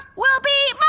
will be